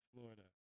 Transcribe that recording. Florida